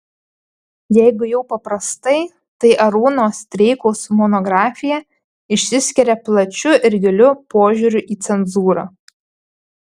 jeigu jau paprastai tai arūno streikaus monografija išsiskiria plačiu ir giliu požiūriu į cenzūrą